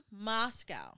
Moscow